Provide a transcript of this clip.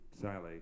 Sally